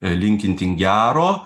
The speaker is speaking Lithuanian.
linkinti gero